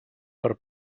per